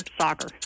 soccer